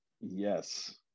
yes